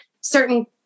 certain